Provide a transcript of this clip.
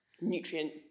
nutrient